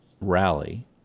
rally